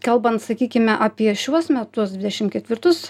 kalbant sakykime apie šiuos metus dvidešim ketvirtus